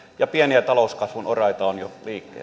ja pieniä talouskasvun oraita on jo liikkeellä